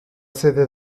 sede